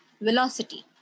velocity